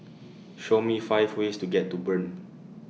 Show Me five ways to get to Bern